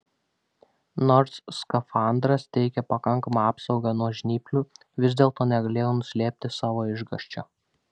nors skafandras teikė pakankamą apsaugą nuo žnyplių vis dėlto negalėjau nuslėpti savo išgąsčio